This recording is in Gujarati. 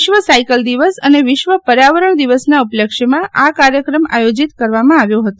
વિશ્વ સાઈકલ દિવસ અને વિશ્વ પર્યાવરણ દિવસના ઉપલક્ષમાં આ કાર્યક્રમ આયોજિત કરવામાં આવ્યો હતો